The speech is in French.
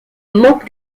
manque